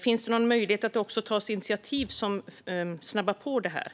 Finns det någon möjlighet att ta initiativ som snabbar på det hela?